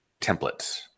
templates